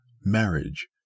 marriage